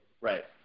right